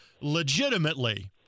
legitimately